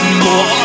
more